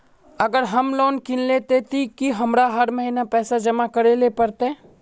अगर हम लोन किनले ते की हमरा हर महीना पैसा जमा करे ले पड़ते?